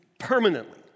permanently